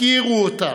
הכירו אותם.